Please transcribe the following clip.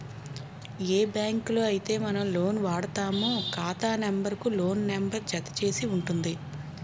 ఏ బ్యాంకులో అయితే మనం లోన్ వాడుతామో ఖాతా నెంబర్ కు లోన్ నెంబర్ జత చేసి ఉంటుంది